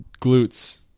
glutes